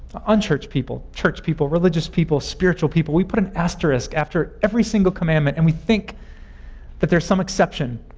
unchurched people, churched people, religious people, spiritual people we put an asterisk after every single commandment and we think that there's some exception.